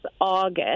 August